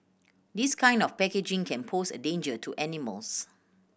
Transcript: this kind of packaging can pose a danger to animals